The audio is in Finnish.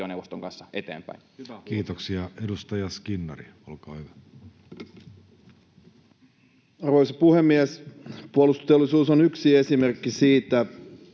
valtioneuvoston kanssa eteenpäin. Kiitoksia. — Edustaja Skinnari, olkaa hyvä. Arvoisa puhemies! Puolustusteollisuus on yksi esimerkki siitä,